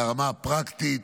לרמה הפרקטית,